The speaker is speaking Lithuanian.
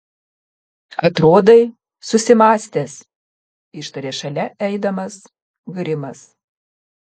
atrodai susimąstęs ištarė šalia eidamas grimas